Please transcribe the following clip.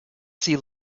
see